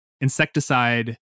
insecticide